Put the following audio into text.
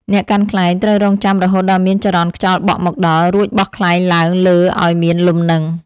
អ្នកកាន់ខ្លែងត្រូវរង់ចាំរហូតដល់មានចរន្តខ្យល់បក់មកដល់ រួចបោះខ្លែងឡើងលើឱ្យមានលំនឹង។